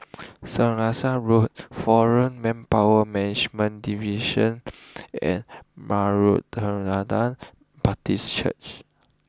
Road Foreign Manpower Management Division and Baptist Church